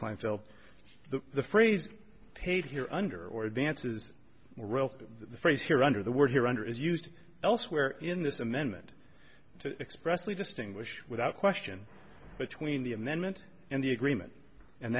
kleinfeld the phrase paid here under or advance is the phrase here under the word here under is used elsewhere in this amendment to expressly distinguish without question between the amendment and the agreement and